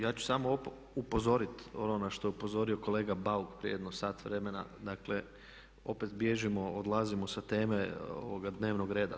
Ja ću samo upozoriti ono na što je upozorio kolega Bauk prije jedno sat vremena, dakle opet bježimo, odlazimo sa teme ovog dnevnog reda.